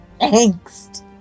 Angst